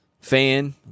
fan